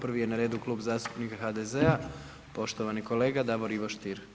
Prvi je na redu Klub zastupnika HDZ-a, poštovani kolega Davor Ivo Stier.